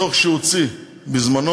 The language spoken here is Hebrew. בדוח שהוא הוציא בזמנו,